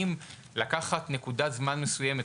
האם לקחת נקודת זמן מסוימת,